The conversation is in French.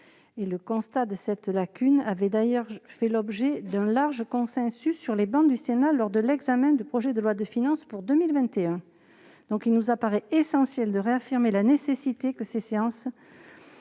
le constat de cette lacune avait fait l'objet d'un large consensus sur les travées du Sénat, lors de l'examen du projet de loi de finances pour 2021. Ainsi, il nous paraît essentiel de réaffirmer que ces séances